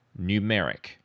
numeric